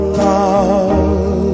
love